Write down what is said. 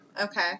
Okay